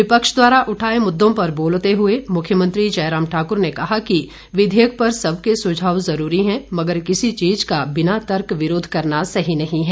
विपक्ष द्वारा उठाए मुददों पर बोलते हुए मुख्यमंत्री जयराम ठाकर ने कहा कि विधेयक पर सबके सुझाव जरूरी हैं मगर किसी चीज का बिना तर्क विरोध करना सही नहीं है